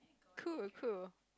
cool cool